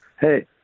Hey